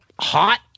Hot